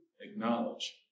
acknowledge